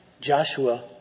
Joshua